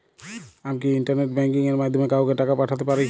আমি কি internet banking এর মাধ্যমে কাওকে টাকা পাঠাতে পারি?